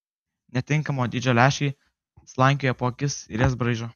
netinkamo dydžio lęšiai slankioja po akis ir jas braižo